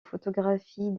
photographies